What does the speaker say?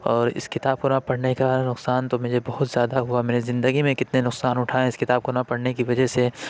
اور اس کتاب کو نہ پڑھنے کا نقصان تو مجھے بہت زیادہ ہوا میں نے زندگی میں کتنے نقصان اٹھائے ہیں اس کتاب کو نہ پڑھنے کی وجہ سے